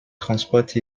transport